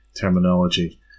terminology